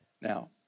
Now